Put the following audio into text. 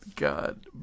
god